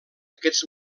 aquests